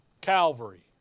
Calvary